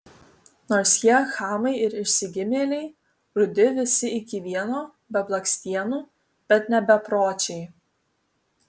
nors jie chamai ir išsigimėliai rudi visi iki vieno be blakstienų bet ne bepročiai